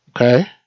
Okay